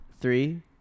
Three